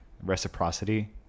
Reciprocity